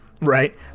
Right